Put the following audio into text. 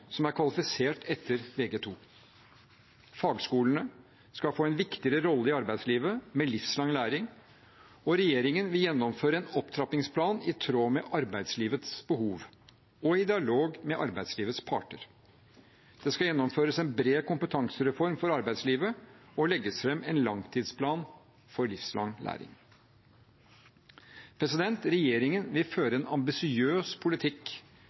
som er kvalifisert etter Vg2. Fagskolene skal få en viktigere rolle i arbeidet med livslang læring, og regjeringen vil gjennomføre en opptrappingsplan i tråd med arbeidslivets behov og i dialog med arbeidslivets parter. Det skal gjennomføres en bred kompetansereform for arbeidslivet og legges fram en langtidsplan for livslang læring. Regjeringen vil føre en ambisiøs politikk